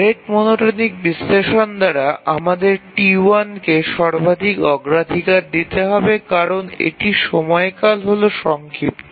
rate monotonic বিশ্লেষণ দ্বারা আমাদের T1 কে সর্বাধিক অগ্রাধিকার দিতে হবে কারণ এটার সময়কাল হল সংক্ষিপ্ত